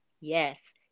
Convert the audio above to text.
Yes